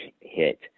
hit